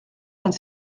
vingt